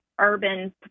urban